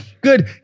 Good